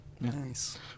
Nice